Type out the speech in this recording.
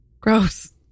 gross